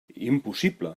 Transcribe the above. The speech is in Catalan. impossible